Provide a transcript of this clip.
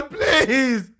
please